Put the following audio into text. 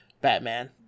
Batman